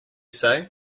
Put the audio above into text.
say